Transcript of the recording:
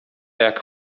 jak